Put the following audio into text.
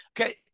Okay